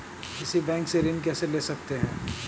किसी बैंक से ऋण कैसे ले सकते हैं?